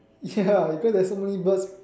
ya because there's so many birds